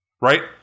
right